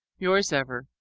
yours ever,